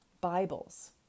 Bibles